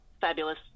fabulous